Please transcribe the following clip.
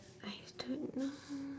I don't know